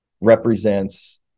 represents